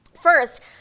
First